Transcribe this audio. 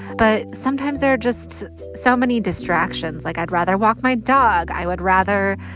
but, sometimes, there are just so many distractions. like, i'd rather walk my dog. i would rather,